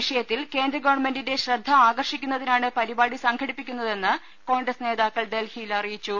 വിഷയത്തിൽ കേന്ദ്ര ഗവൺമെന്റിന്റെ ശ്രദ്ധ ആകർഷിക്കുന്നതിനാണ് പരിപാടി സംഘടിപ്പിക്കുന്നതെന്ന് കോൺഗ്രസ് നേതാക്കൾ ഡൽഹിയിൽ അറിയിച്ചു